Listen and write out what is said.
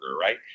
right